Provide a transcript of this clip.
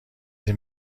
این